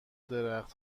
درخت